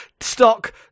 stock